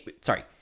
sorry